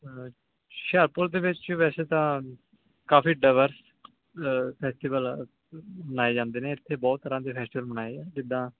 ਹੁਸ਼ਿਆਰਪੁਰ ਦੇ ਵਿੱਚ ਵੈਸੇ ਤਾਂ ਕਾਫੀ ਡਬਰਸ ਫੈਸਟੀਵਲ ਮਨਾਏ ਜਾਂਦੇ ਨੇ ਇੱਥੇ ਬਹੁਤ ਤਰ੍ਹਾਂ ਦੇ ਫੈਸਟੀਵਲ ਮਨਾਏ ਜਾਂਦੇ ਜਿੱਦਾਂ